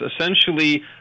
essentially